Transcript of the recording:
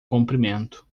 comprimento